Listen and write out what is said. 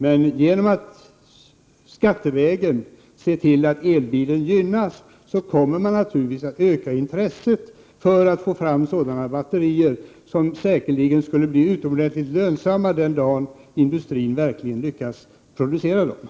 Men genom att skattevägen se till att elbilen gynnas kommer man naturligtvis att öka intresset för att få fram sådana batterier, som säkerligen skulle kunna bli utomordentligt lönsamma den dagen industrin verkligen lyckas producera dem.